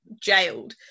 jailed